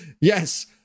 Yes